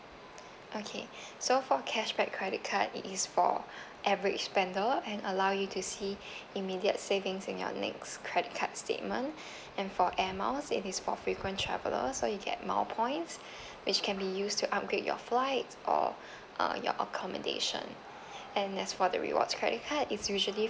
okay so for cashback credit card it is for average spender and allow you to see immediate savings in your next credit card statement and for air miles it is for frequent traveller so you get mile points which can be used to upgrade your flights or uh your accommodation and as for the rewards credit card it's usually